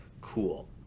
Cool